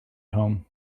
home